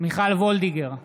מיכל וולדיגר,